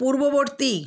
পূর্ববর্তী